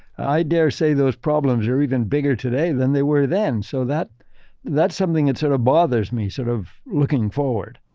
i dare say those problems are even bigger today than they were then. so, that's something that sort of bothers me sort of looking forward.